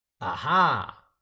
Aha